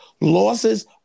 losses